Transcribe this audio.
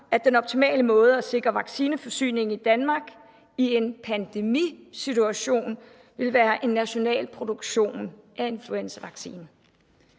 at den optimale måde at sikre vaccineforsyningen i Danmark i en pandemisituation vil være en national produktion af influenzavaccinen.